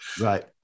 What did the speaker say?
Right